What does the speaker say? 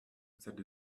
that